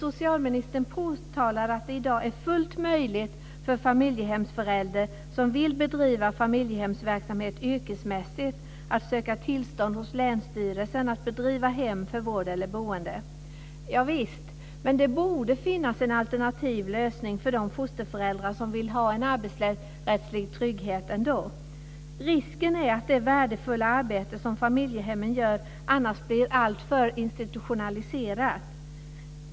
Socialministern påtalar att det i dag är fullt möjligt för familjehemsförälder som vill bedriva familjehemsverksamhet yrkesmässigt att söka tillstånd hos länsstyrelsen för att bedriva hem för vård eller boende. Javisst, men det borde finnas en alternativ lösning för de fosterföräldrar som vill ha en arbetsrättslig trygghet ändå. Risken är att det värdefulla arbete som familjehemmen gör annars blir alltför institutionaliserat.